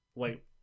Wait